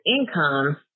income